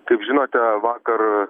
kaip žinote vakar